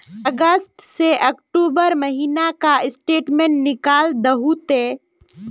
अगस्त से अक्टूबर महीना का स्टेटमेंट निकाल दहु ते?